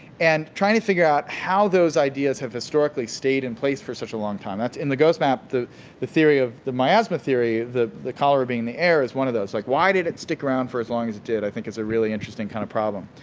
and trying to figure out how those ideas have historically stayed in place for such a long time. in the ghost map, the the theory of the miasma theory, the the cholera being in the air is one of those. like, why did it stick around for as long as it did? i think it's a really interesting kind of problem.